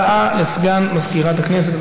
יש לנו הודעה לסגן מזכירת הכנסת.